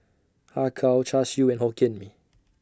Har Kow Char Siu and Hokkien Mee